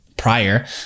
prior